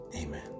Amen